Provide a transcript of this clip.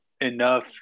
enough